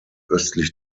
östlich